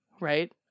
right